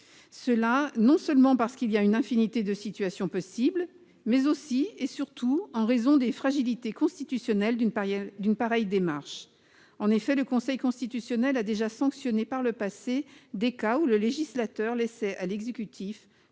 cela non seulement parce qu'il y a une infinité de situations possibles, mais aussi et surtout en raison des fragilités constitutionnelles d'une pareille démarche. » En effet, le Conseil constitutionnel a déjà sanctionné par le passé des cas dans lesquels le législateur laissait à l'exécutif